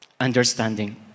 understanding